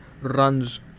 runs